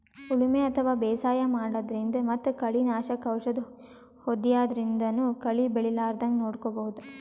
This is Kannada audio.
ಉಳಿಮೆ ಅಥವಾ ಬೇಸಾಯ ಮಾಡದ್ರಿನ್ದ್ ಮತ್ತ್ ಕಳಿ ನಾಶಕ್ ಔಷದ್ ಹೋದ್ಯಾದ್ರಿನ್ದನೂ ಕಳಿ ಬೆಳಿಲಾರದಂಗ್ ನೋಡ್ಕೊಬಹುದ್